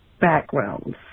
backgrounds